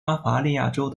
巴伐利亚州